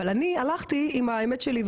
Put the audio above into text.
אבל אני הלכתי עם האמת שלי,